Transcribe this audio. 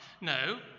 No